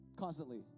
Constantly